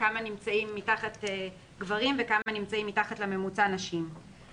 כמה גברים נמצאים מתחת לממוצע וכמה נשים נמצאות מתחת לממוצע.